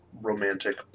romantic